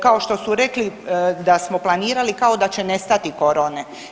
Kao što su rekli da smo planirali kao da će nestati korone.